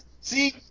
See